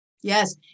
Yes